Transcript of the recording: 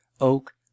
oak